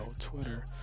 Twitter